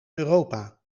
europa